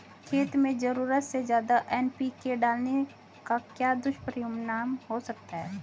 खेत में ज़रूरत से ज्यादा एन.पी.के डालने का क्या दुष्परिणाम हो सकता है?